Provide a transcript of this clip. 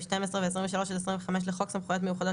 12 ו-23 עד 25 לחוק סמכויות מיוחדות